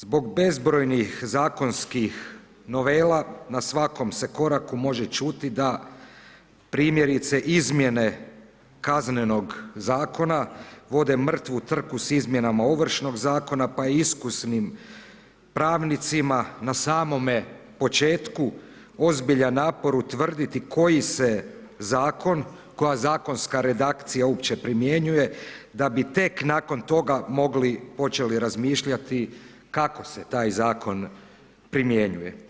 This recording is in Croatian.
Zbog bezbrojnih zakonskih novela na svakom se koraku može čuti da, primjerice izmjene kaznenog zakona, vode mrtvu trku s izmjenama ovršnog zakona pa i iskusnim pravnicima na samome početku ozbiljan napor utvrditi koji se zakon, koja zakonska redakcija uopće primjenjuje da bi tek nakon toga mogli, počeli razmišljati kako se taj zakon primjenjuje.